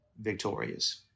victorious